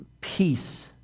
peace